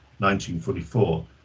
1944